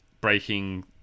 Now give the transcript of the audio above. breaking